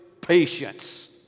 patience